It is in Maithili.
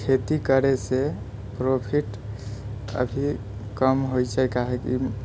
आ खेती करै से प्रॉफिट अभी कम होइ छै काहे कि